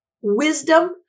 wisdom